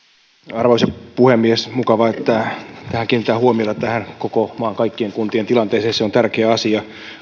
arvoisa puhemies mukavaa että kiinnitetään huomiota tähän koko maan kaikkien kuntien tilanteeseen se on tärkeä asia